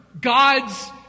God's